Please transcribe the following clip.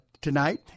tonight